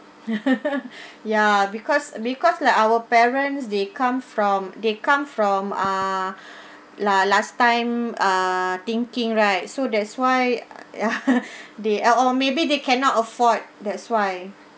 ya because because like our parents they come from they come from ah la~ last time ah thinking right so that's why ya they or or maybe they cannot afford that's why